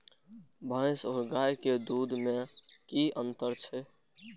भैस और गाय के दूध में कि अंतर छै?